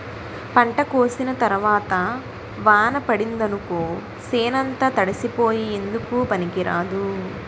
పంట కోసిన తరవాత వాన పడిందనుకో సేనంతా తడిసిపోయి ఎందుకూ పనికిరాదు